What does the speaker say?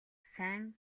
сайн